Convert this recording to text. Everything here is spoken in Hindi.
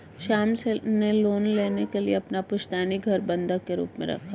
श्याम ने लोन के लिए अपना पुश्तैनी घर बंधक के रूप में रखा